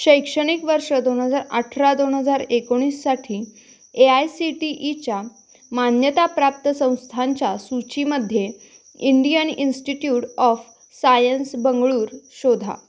शैक्षणिक वर्ष दोन हजार अठरा दोन हजार एकोणीससाठी ए आय सी टी ईच्या मान्यताप्राप्त संस्थांच्या सूचीमध्ये Indian institute of science Bengaluru शोधा